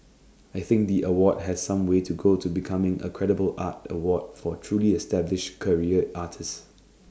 I think the award has some way to go to becoming A credible art award for truly established career artists